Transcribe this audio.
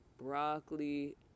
broccoli